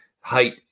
height